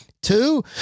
two